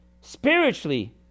Spiritually